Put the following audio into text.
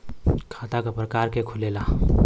खाता क प्रकार के खुलेला?